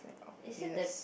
is it the